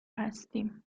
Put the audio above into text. هستیم